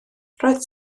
roedd